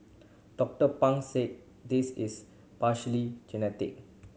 Doctor Pang said this is partly genetic